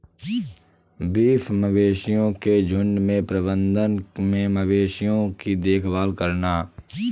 beef मवेशियों के झुंड के प्रबंधन में मवेशियों की देखभाल करना